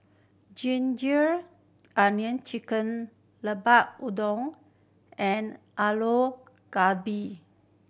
ginger onion chicken Lemper Udang and Aloo Gobi